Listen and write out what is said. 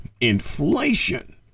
Inflation